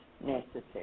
necessary